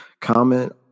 comment